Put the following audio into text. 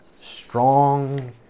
strong